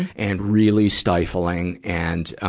and really stifling and,